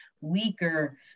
weaker